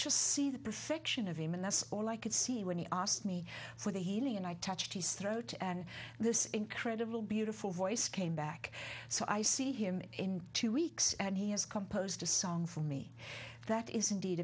just see the perfection of him and that's all i could see when he asked me for the union i touched his throat and this incredible beautiful voice came back so i see him in two weeks and he has composed a song for me that is indeed